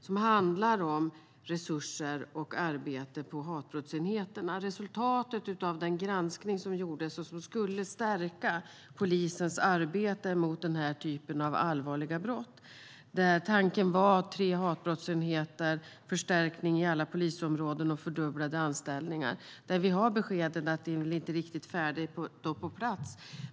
Den handlar om resurser och arbetet på hatbrottsenheterna, resultatet av den granskning som gjordes och som skulle stärka polisens arbete mot den här typen av allvarliga brott, där tanken var tre hatbrottsenheter, förstärkning i alla polisområden och fördubblade anställningar. Vi har beskeden att det inte riktigt är färdigt och står på plats.